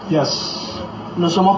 Yes